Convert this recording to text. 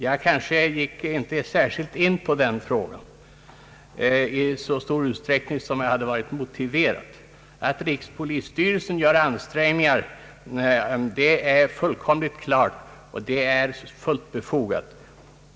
Den frågan gick jag inte i mitt förra anförande in på i så stor utsträckning som hade varit motiverat. Att rikspolisstyrelsen gör stora ansträngningar för att hejda narkotikabrotten är klart och fullt befogat.